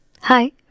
Hi